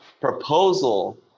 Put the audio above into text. proposal